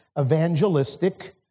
evangelistic